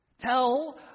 Tell